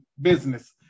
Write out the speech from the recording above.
business